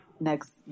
next